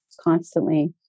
constantly